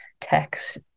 text